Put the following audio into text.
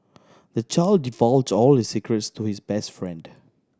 the child divulge all his secrets to his best friend